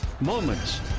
moments